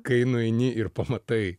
kai nueini ir pamatai